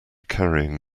carrying